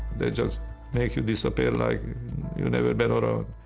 they just make you disappear like you've never been around.